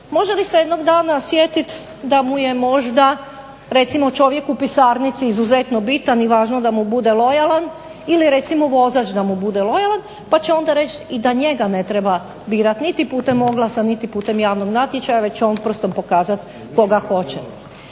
Može li se jednog dana sjetit da mu je možda recimo čovjek u pisarnici izuzetno bitan i važno da mu bude lojalan ili recimo vozač da mu bude lojalan, pa će onda reći i da njega ne treba birati niti putem oglasa, niti putem javnog natječaja već će on prstom pokazati koga hoće.